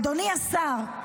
אדוני השר,